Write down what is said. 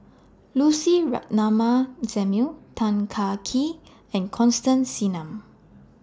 Lucy Ratnammah Samuel Tan Kah Kee and Constance Singam